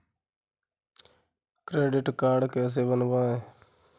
Credit card कैसे बनवाएँ?